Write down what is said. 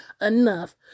enough